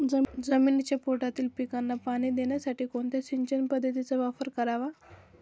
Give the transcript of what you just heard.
जमिनीच्या पोटातील पिकांना पाणी देण्यासाठी कोणत्या सिंचन पद्धतीचा वापर करावा?